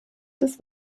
des